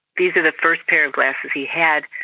these are the first pair of glasses he had,